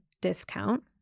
discount